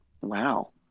wow